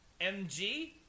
MG